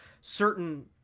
certain